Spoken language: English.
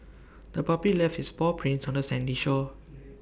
the puppy left its paw prints on the sandy shore